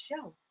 show